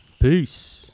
Peace